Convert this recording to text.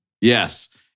Yes